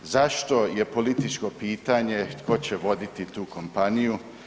Zašto je političko pitanje tko će voditi tu kompaniju?